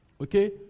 Okay